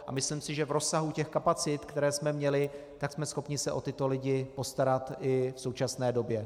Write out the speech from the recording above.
A myslím si, že v rozsahu těch kapacit, které jsme měli, jsme schopni se o tyto lidi postarat i v současné době.